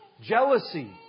Jealousy